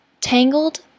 Tangled